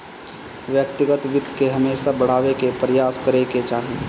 व्यक्तिगत वित्त के हमेशा बढ़ावे के प्रयास करे के चाही